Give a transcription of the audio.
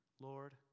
Lord